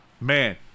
Man